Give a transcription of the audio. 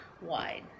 wide